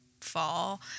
fall